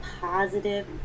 positive